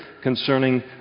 concerning